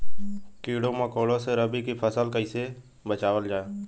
कीड़ों मकोड़ों से रबी की फसल के कइसे बचावल जा?